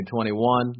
2021